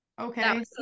okay